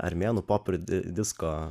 armėnų pop ir disko